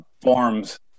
forms